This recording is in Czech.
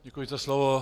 Děkuji za slovo.